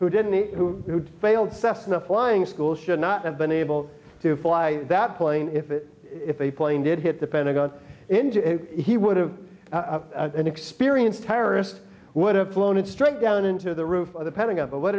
who didn't who failed cessna flying school should not have been able to fly that plane if it if a plane did hit the pentagon into a he would have an experienced terrorist would have flown it struck down into the roof of the pentagon but what